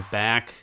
back